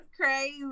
crazy